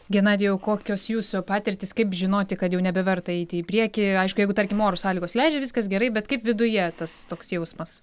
genadijau kokios jūsų patirtys kaip žinoti kad jau nebeverta eiti į priekį aišku jeigu tarkim oro sąlygos leidžia viskas gerai bet kaip viduje tas toks jausmas